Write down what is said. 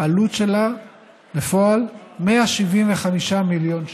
העלות שלה בפועל היא 175 מיליון שקל,